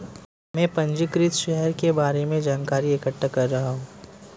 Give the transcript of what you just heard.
मैं पंजीकृत शेयर के बारे में जानकारी इकट्ठा कर रहा हूँ